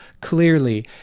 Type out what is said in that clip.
clearly